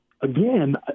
again